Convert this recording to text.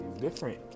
Different